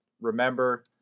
remember